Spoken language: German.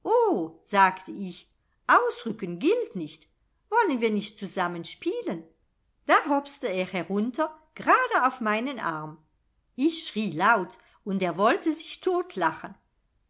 sagte ich ausrücken gilt nicht wollen wir nicht zusammen spielen da hopste er herunter grade auf meinen arm ich schrie laut und er wollte sich totlachen